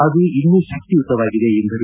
ಅದು ಇನ್ನೂ ಶಕ್ತಿಯುತವಾಗಿದೆ ಎಂದರು